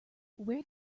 where